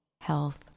health